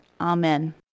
Amen